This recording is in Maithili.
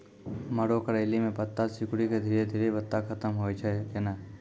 मरो करैली म पत्ता सिकुड़ी के धीरे धीरे पत्ता खत्म होय छै कैनै?